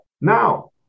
Now